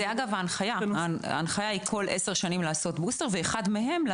ההנחיה היא לקבל בוסטר פעם בעשור ואחד מהם הוא